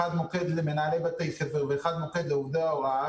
אחד מוקד למנהלי בתי ספר ואחד מוקד לעובדי ההוראה,